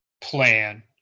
plan